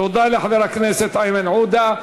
תודה לחבר הכנסת איימן עודה.